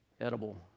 edible